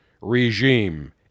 regime